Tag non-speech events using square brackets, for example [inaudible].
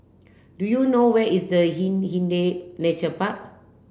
do you know where is the [unintelligible] Hindhede Nature Park